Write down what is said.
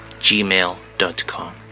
gmail.com